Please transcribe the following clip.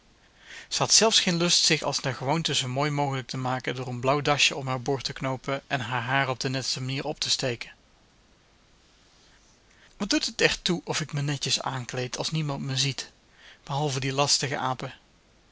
ze had zelfs geen lust zich als naar gewoonte zoo mooi mogelijk te maken door een blauw dasje om haar boord te knoopen en haar haar op de netste manier op te steken wat doet het er toe of ik me netjes aankleed als niemand me ziet behalve die lastige apen